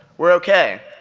were okay,